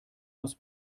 aus